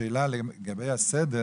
השאלה היא, לגבי הסדר